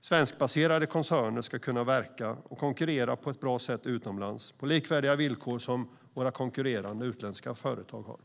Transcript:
svenskbaserade koncerner ska kunna verka och konkurrera på ett bra sätt utomlands, på likvärdiga villkor med våra konkurrerande utländska företag.